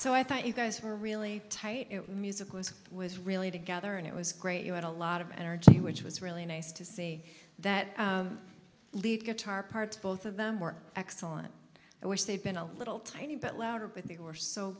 so i thought you guys were really tight music was really together and it was great you had a lot of energy which was really nice to see that lead guitar parts both of them were excellent i wish they'd been a little tiny bit louder but the or so